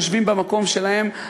יושבים במקום שלהם,